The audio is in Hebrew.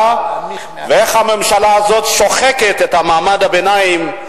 ואיך הממשלה הזאת שוחקת את מעמד הביניים,